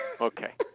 Okay